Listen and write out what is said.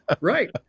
Right